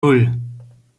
nan